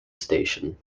station